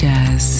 Jazz